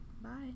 Bye